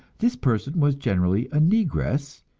this person was generally a negress,